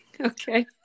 okay